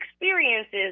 experiences